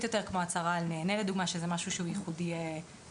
יותר כמו הצהרה על נהנה לדוגמה שזה משהו שהוא ייחודי לנו.